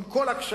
עם כל הקשיים,